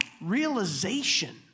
realization